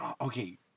Okay